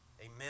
Amen